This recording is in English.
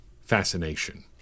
fascination